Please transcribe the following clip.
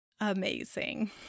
Amazing